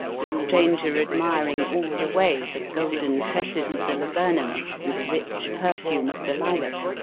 the stranger admiring all the way the golden tresses of the laburnum and the rich perfume of the lilac,